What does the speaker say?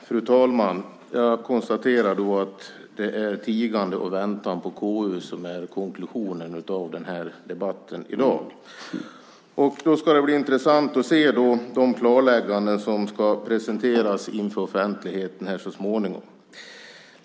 Fru talman! Jag konstaterar att det är tigande och väntan på KU som är konklusionen av den här debatten i dag. Då ska det bli intressant att se de klarlägganden som ska presenteras inför offentligheten så småningom.